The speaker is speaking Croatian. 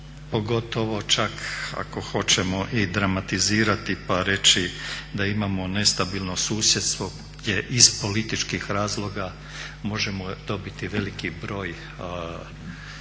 pogotovo čak ako hoćemo i dramatizirati pa reći da imamo nestabilno susjedstvo gdje iz političkih razloga možemo dobiti veliki broj ljudi